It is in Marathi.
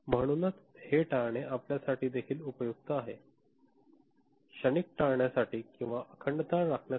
म्हणूनच हे टाळणे आपल्यासाठी देखील उपयुक्त आहे क्षणिक टाळण्यासाठी किंवा अखंडता राखण्यासाठी